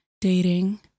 dating